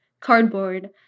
cardboard